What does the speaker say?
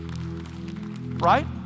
right